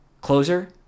Closer